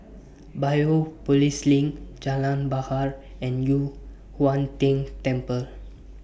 Biopolis LINK Jalan Bahar and Yu Huang Tian Temple